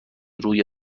روی